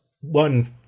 one